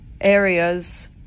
areas